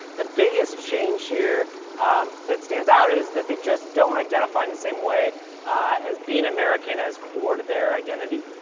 the biggest change here that stands out is that they just don't identify in the same way as being american as core to their identity.